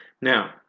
Now